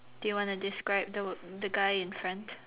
do you wanna describe the the guy in front